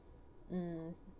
mm